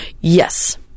Yes